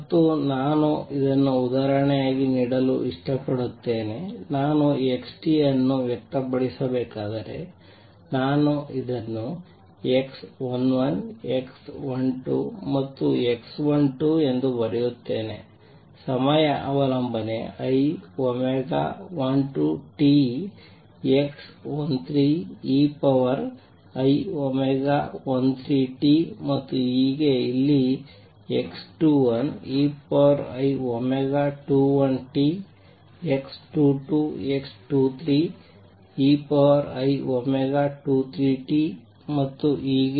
ಮತ್ತು ನಾನು ಇದನ್ನು ಉದಾಹರಣೆಯಾಗಿ ನೀಡಲು ಇಷ್ಟಪಡುತ್ತೇನೆ ನಾನು x ಅನ್ನು ವ್ಯಕ್ತಪಡಿಸಬೇಕಾದರೆ ನಾನು ಇದನ್ನು x 11 x12 ಮತ್ತು x12 ಎಂದು ಬರೆಯುತ್ತೇನೆ ಸಮಯ ಅವಲಂಬನೆ i 12t x13 ei13t ಮತ್ತು ಹೀಗೆ ಇಲ್ಲಿ x21 ei21t x22 x23 ei23t ಮತ್ತು ಹೀಗೆ